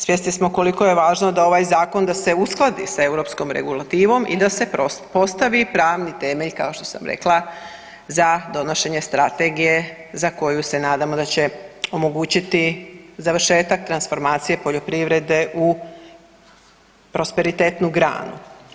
Svjesni smo koliko je važno za ovaj zakon da se uskladi sa europskom regulativom i da se postavi pravni temelj kao što sam rekla za donošenje strategije za koju se nadamo da će omogućiti završetak transformacije poljoprivrede u prosperitetnu granu.